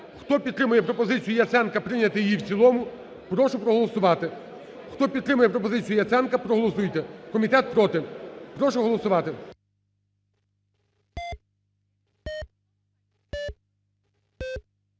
Хто підтримує пропозицію Яценка прийняти її в цілому, прошу проголосувати. Хто підтримує пропозицію Яценка, проголосуйте. Комітет проти. Прошу голосувати.